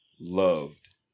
loved